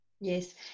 yes